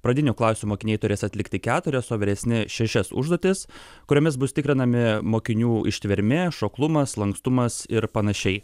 pradinių klasių mokiniai turės atlikti keturias o vyresni šešias užduotis kuriomis bus tikrinami mokinių ištvermė šoklumas lankstumas ir panašiai